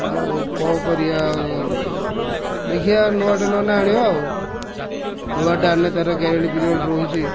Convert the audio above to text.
ଆଉ କ'ଣ କରିବା ଆଉ ଦେଖିଆ ନୂଆଟା ନହେଲେ ଆଣିବା ଆଉ ନୂଆଟା ଆଣିଲେ ତାର ଗ୍ୟାରେଣ୍ଟି ପିରିଅଡ଼ ରହୁଛି